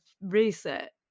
reset